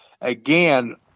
Again